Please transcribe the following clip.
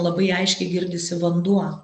labai aiškiai girdisi vanduo